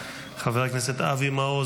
חבר הכנסת אבי מעוז,